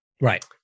Right